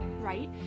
right